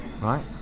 Right